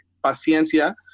paciencia